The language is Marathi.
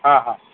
हा हा